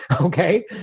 okay